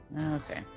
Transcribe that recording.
Okay